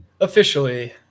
officially